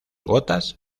gotas